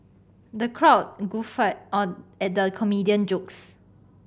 the crowd guffawed on at the comedian jokes